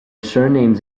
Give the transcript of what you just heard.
surnames